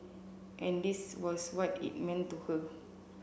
and this was what it meant to her